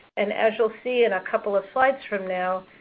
and as you'll see in a couple of slides from now,